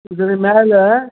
ಇದ್ರ ಮೇಲೆ